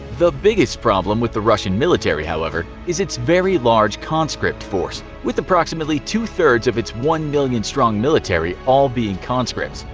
the biggest problem with the russian military however is its very large conscript force, with approximately two thirds of its one million strong military all being conscripts.